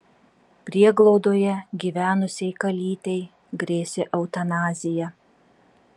prieglaudoje gyvenusiai kalytei grėsė eutanazija